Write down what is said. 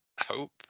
hope